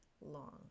long